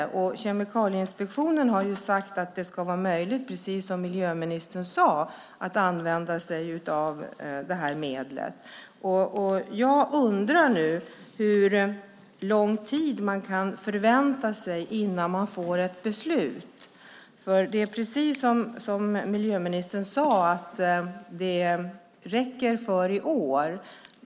Precis som miljöministern sade har Kemikalieinspektionen sagt att det ska vara möjligt att använda sig av det här medlet. Jag undrar nu hur lång tid man kan förvänta sig att det tar innan man får ett beslut. Det är precis som miljöministern sade; det räcker för i år.